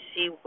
See